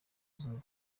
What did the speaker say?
izuba